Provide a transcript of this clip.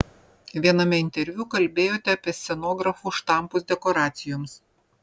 viename interviu kalbėjote apie scenografų štampus dekoracijoms